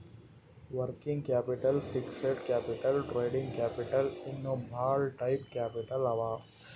working capital, fixed capital, trading capital ಇನ್ನಾ ಭಾಳ type capital ಅವಾ